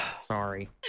Sorry